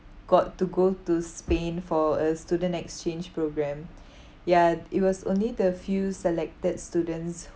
got to go to spain for a student exchange programme ya it was only the few selected students